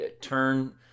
turn